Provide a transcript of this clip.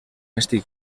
estil